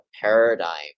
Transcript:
paradigm